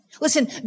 Listen